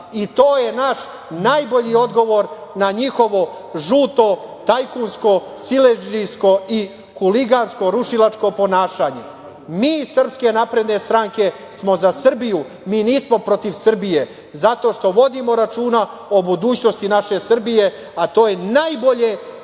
To je naš najbolji odgovor na njihovo žuto tajkunsko, siledžijsko i huligansko rušilačko ponašanje. Mi iz Srpske napredne stranke smo za Srbiju, mi nismo protiv Srbije zato što vodimo računa o budućnosti naše Srbije, a to je najbolje